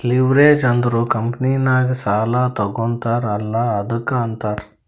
leverage ಅಂದುರ್ ಕಂಪನಿನಾಗ್ ಸಾಲಾ ತಗೋತಾರ್ ಅಲ್ಲಾ ಅದ್ದುಕ ಅಂತಾರ್